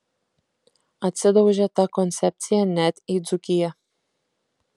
atsidaužė ta koncepcija net į dzūkiją